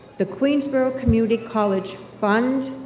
the queensborough community college fund,